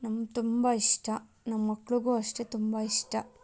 ನಂಗೆ ತುಂಬ ಇಷ್ಟ ನಮ್ಮ ಮಕ್ಳಿಗೂ ಅಷ್ಟೇ ತುಂಬ ಇಷ್ಟ